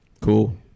Cool